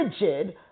rigid